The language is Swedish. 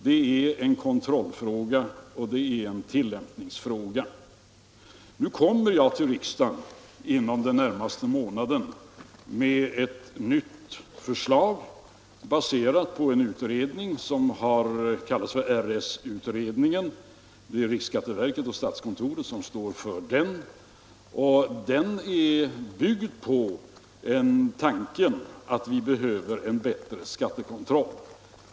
Det är en kontrolloch tillämpningsfråga. Jag kommer inom den närmaste tiden att lägga fram ett nytt förslag för riksdagen, baserat på den s.k. RS-utredningens tankegångar. Det är riksskatteverket och statskontoret som stått för denna utredning, vars förslag bygger på tanken att vi behöver en bättre skattekontroll.